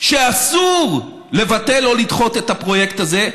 שאסור לבטל או לדחות את הפרויקט הזה,